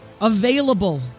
available